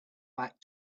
back